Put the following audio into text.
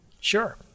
Sure